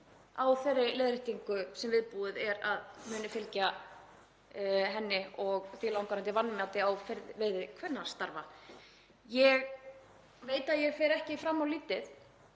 á þeirri leiðréttingu sem viðbúið er að muni fylgja henni og langvarandi vanmati á virði kvennastarfa. Ég veit að ég fer ekki fram á lítið,